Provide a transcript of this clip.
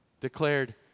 declared